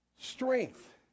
Strength